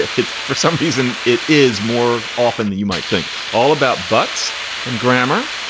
it's for some reason it is more often than you might think all about butts and grammar,